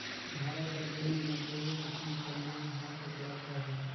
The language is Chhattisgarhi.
भारत कर बेंक में कइयो किसिम कर लोन हर उपलब्ध अहे